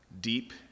deep